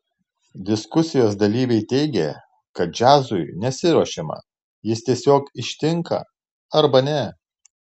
diskusijos dalyviai teigė kad džiazui nesiruošiama jis tiesiog ištinka arba ne